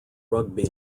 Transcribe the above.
rugby